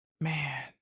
man